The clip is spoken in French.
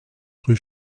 rue